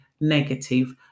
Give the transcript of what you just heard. negative